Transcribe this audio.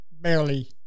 Barely